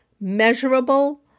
measurable